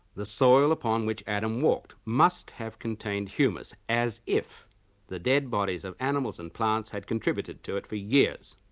the soil upon which adam walked must have contained humus, as if the dead bodies of animals had and plants had contributed to it for years.